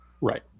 Right